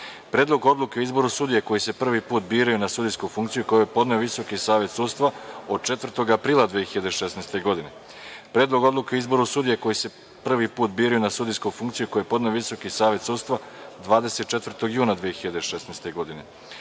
Predlogu odluke o izboru sudija koji se prvi put biraju na sudijsku funkciju, koji je podneo Visoki Savet sudstva, od 4. aprila 2016. godine, Predlogu odluke o izboru sudija koji se prvi put biraju na sudijsku funkciju, koji je podneo Visoki Savet sudstva, od 24. juna 2016. godine,